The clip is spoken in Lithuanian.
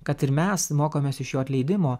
kad ir mes mokomės iš jo atleidimo